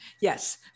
yes